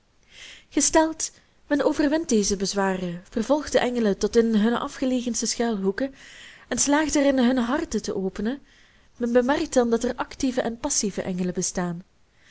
gesteld men overwint deze bezwaren vervolgt de engelen tot in hunne afgelegenste schuilhoeken en slaagt er in hunne marcellus emants een drietal novellen harten te openen men bemerkt dan dat er active en passive engelen bestaan